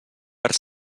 per